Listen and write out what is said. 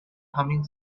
humming